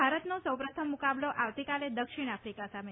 ભારતનો સો પ્રથમ મુકાબલો આવતીકાલે દક્ષિણ આફિકા સાથે થશે